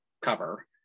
cover